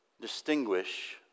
distinguish